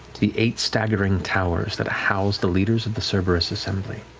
the eight staggering towers that house the leaders of the so cerberus assembly,